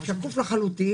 זה שקוף לחלוטין,